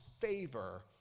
favor